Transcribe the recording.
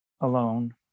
alone